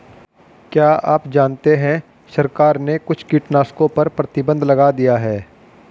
क्या आप जानते है सरकार ने कुछ कीटनाशकों पर प्रतिबंध लगा दिया है?